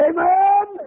Amen